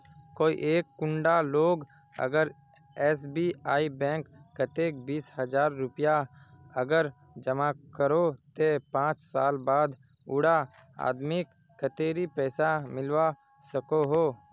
कोई एक कुंडा लोग अगर एस.बी.आई बैंक कतेक बीस हजार रुपया अगर जमा करो ते पाँच साल बाद उडा आदमीक कतेरी पैसा मिलवा सकोहो?